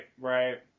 right